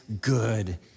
good